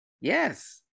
Yes